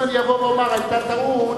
אם אני אבוא ואומר שהיתה טעות,